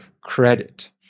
credit